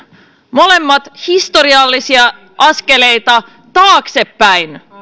molemmat historiallisia askeleita taaksepäin